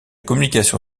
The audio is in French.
communication